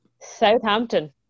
Southampton